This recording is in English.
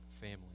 family